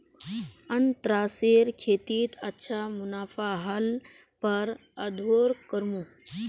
अनन्नासेर खेतीत अच्छा मुनाफा ह ल पर आघुओ करमु